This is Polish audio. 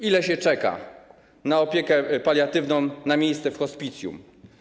Ile czeka się na opiekę paliatywną, na miejsce w hospicjum?